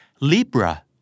Libra